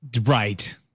Right